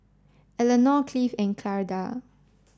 Elenor Cleave and Charla